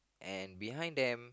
and behind them